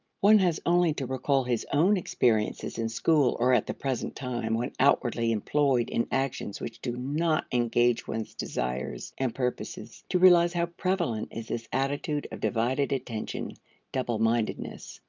one has only to recall his own experiences in school or at the present time when outwardly employed in actions which do not engage one's desires and purposes, to realize how prevalent is this attitude of divided attention double-mindedness.